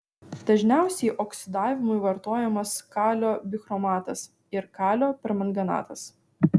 dažniausiai oksidavimui vartojamas kalio bichromatas ir kalio permanganatas